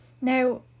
Now